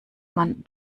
man